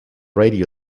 radio